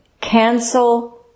cancel